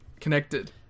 connected